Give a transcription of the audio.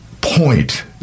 point